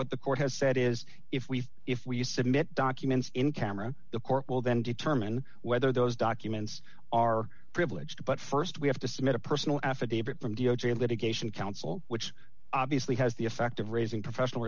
what the court has said is if we if we submit documents in camera the court will then determine whether those documents are privileged but st we have to submit a personal affidavit from d o j litigation counsel which obviously has the effect of raising professional